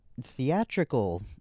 theatrical